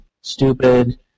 stupid